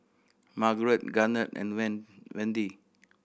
Margrett Garnet and Won Wende